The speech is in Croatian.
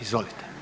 Izvolite.